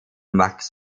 max